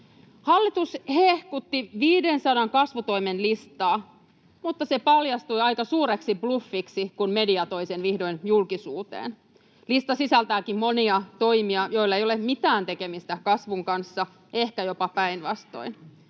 Hallitus hehkutti 500 kasvutoimen listaa, mutta se paljastui aika suureksi bluffiksi, kun media toi sen vihdoin julkisuuteen. Lista sisältääkin monia toimia, joilla ei ole mitään tekemistä kasvun kanssa, ehkä jopa päinvastoin.